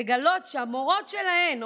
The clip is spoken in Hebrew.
לגלות שהמורות שלהן,